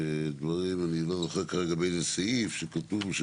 דברים, אני לא זוכר כרגע באיזה סעיף, שכתוב: